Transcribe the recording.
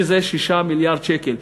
שזה 6 מיליארדי שקלים.